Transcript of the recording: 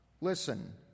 Listen